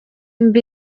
mbi